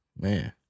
man